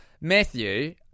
Matthew